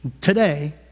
Today